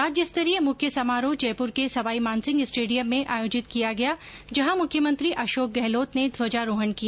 राज्य स्तरीय मुख्य समारोह जयपुर के सवाई मानसिंह स्टेडियम में आयोजित किया गया जहां मुख्यमंत्री अशोक गहलोत ने ध्वजारोहण किया